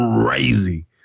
crazy